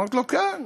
אמרתי לו: כן,